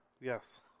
Yes